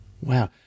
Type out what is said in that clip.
Wow